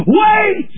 wait